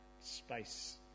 space